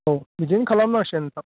औ बिदिनो खालामनांसिगोन नोंथां